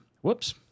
Whoops